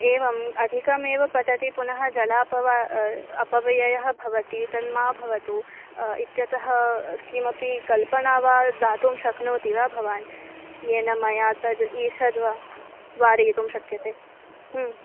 एवम् अधिकमेव पतति पुनः जलापव्ययः अपव्ययः भवति तन्मा भवतु इत्यतः किमपि कल्पना वा दातुं शक्नोति वा भवान् येन मया तद् ईषद्वा वारयितुं शक्यते